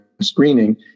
screening